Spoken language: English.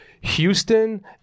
Houston